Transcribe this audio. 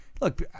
Look